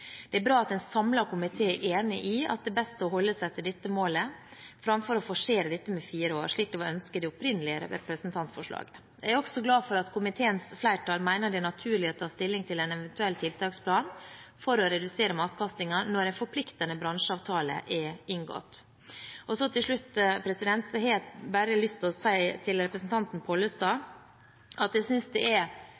Det er bra at en samlet komité er enig i at det er best å holde seg til dette målet, fremfor å forsere dette med fire år, slik det var ønsket i det opprinnelige representantforslaget. Jeg er også glad for at komiteens flertall mener det er naturlig å ta stilling til en eventuell tiltaksplan for å redusere matkastingen når en forpliktende bransjeavtale er inngått. Til slutt har jeg bare lyst til å si til representanten Pollestad at jeg synes det er